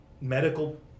medical